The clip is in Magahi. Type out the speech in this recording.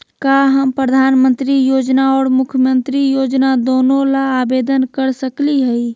का हम प्रधानमंत्री योजना और मुख्यमंत्री योजना दोनों ला आवेदन कर सकली हई?